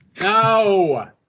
No